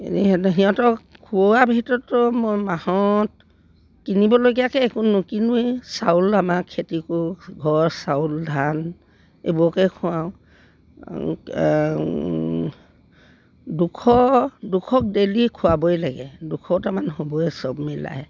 এনে সিহঁতে সিহঁতক খুওৱা ভিতৰতো মই মাহত কিনিবলগীয়াকৈ একো নিকিনোৱেই চাউল আমাৰ খেতি কৰোঁ ঘৰৰ চাউল ধান এইবোৰকে খুৱাওঁ দুশ দুশ ডেইলি খোৱাবই লাগে দুশ টামান হ'বই চব মিলাই